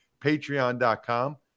Patreon.com